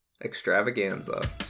extravaganza